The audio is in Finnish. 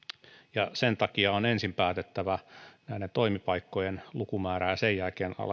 ja sen takia on ensin päätettävä näiden toimipaikkojen lukumäärä ja sen jälkeen